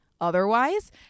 otherwise